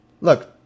Look